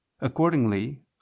accordingly